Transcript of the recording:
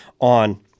on